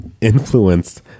influenced